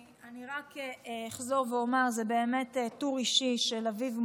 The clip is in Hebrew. אני רק אחזור ואומר שזה באמת טור אישי של אביב מוזס,